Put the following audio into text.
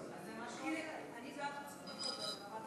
אני בעד חוץ וביטחון.